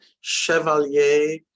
Chevalier